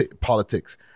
politics